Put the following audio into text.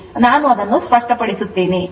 ಆದ್ದರಿಂದ ನಾನು ಅದನ್ನು ಸ್ಪಷ್ಟಪಡಿಸುತ್ತೇನೆ